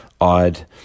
odd